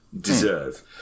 deserve